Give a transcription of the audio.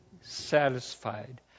satisfied